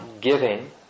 giving